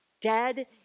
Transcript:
dead